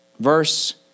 Verse